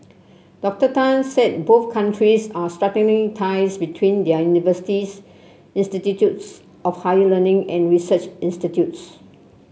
Doctor Tan said both countries are strengthening ties between their universities institutes of higher learning and research institutes